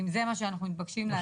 אם זה מה שאנחנו מתבקשים לעשות.